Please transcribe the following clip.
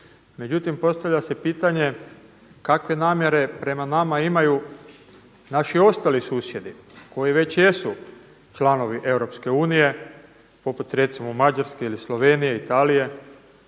Međutim postavlja se pitanje kakve namjere prema nama imaju naši ostali susjedi koji već jesu članovi EU, poput recimo Mađarske ili Slovenije, Italije.